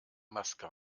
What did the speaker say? maske